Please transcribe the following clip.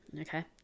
okay